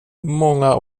många